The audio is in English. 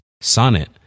Sonnet